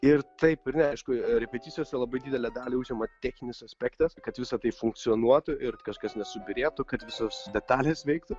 ir taip ir ne aišku repeticijose labai didelę dalį užema techninis aspektas kad visa tai funkcionuotų ir kažkas nesubyrėtų kad visos detalės veiktų